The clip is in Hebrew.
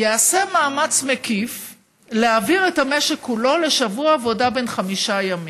ייעשה מאמץ מקיף להעביר את המשק כולו לשבוע עבודה בן חמישה ימים,